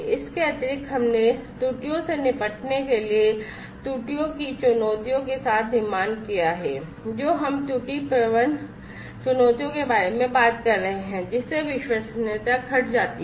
इसके अतिरिक्त हमने त्रुटियों से निपटने के लिए त्रुटियों की चुनौतियों के साथ निर्माण किया है जो हम त्रुटि प्रवण चुनौतियों के बारे में बात कर रहे हैं जिससे विश्वसनीयता घट जाती है